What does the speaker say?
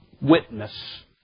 Witness